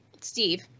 Steve